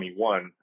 2021